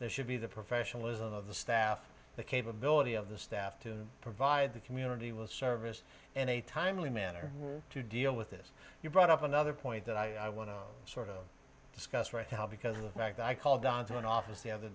there should be the professionalism of the staff the capability of the staff to provide the community will service in a timely manner to deal with this you brought up another point that i want to sort of discuss right now because of the fact that i called down to an office the other